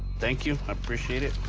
thank you, i appreciate it.